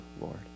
Lord